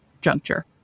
juncture